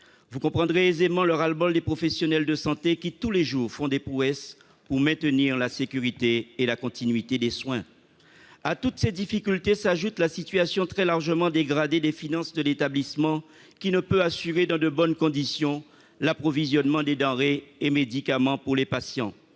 Vous comprendrez aisément le ras-le-bol des professionnels de santé, qui, tous les jours, font des prouesses pour maintenir la sécurité et la continuité des soins. À toutes ces difficultés s'ajoute la situation très largement dégradée des finances de l'établissement, qui ne peut assurer dans de bonnes conditions l'approvisionnement des denrées et des médicaments pour les patients.